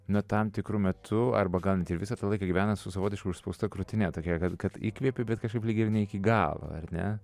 na tam tikru metu arba gan visą tą laiką gyvena su savotiškai užspausta krūtine tokia kad įkvepiu bet kažkaip lyg ir ne iki galo ar ne